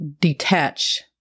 detach